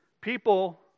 People